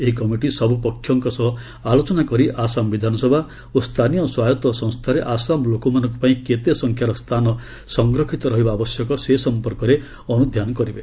ଏହି କମିଟି ସବୁ ପକ୍ଷକଙ୍କ ସହ ଆଲୋଚନା କରି ଅହମିଆ ବିଧାନସଭା ଓ ସ୍ଥାନୀୟ ସ୍ୱାୟତ୍ତ ସଂସ୍ଥାରେ ଆସାମ ଲୋକମାନଙ୍କ ପାଇଁ କେତେ ସଂଖ୍ୟାର ସ୍ଥାନ ସଂରକ୍ଷିତ ରହିବା ଆବଶ୍ୟକ ସେ ସମ୍ପର୍କରେ ଅନୁଧ୍ୟାନ କରିବେ